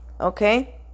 okay